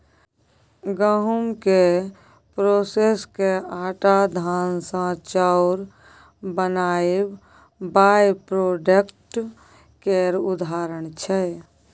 गहुँम केँ प्रोसेस कए आँटा आ धान सँ चाउर बनाएब बाइप्रोडक्ट केर उदाहरण छै